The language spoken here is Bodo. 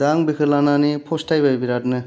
दा आं बेखौ लानानै फसथायबाय बिराद नो